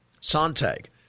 Sontag